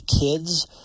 kids